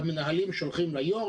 שהמנהלים שולחים ליושב-ראש,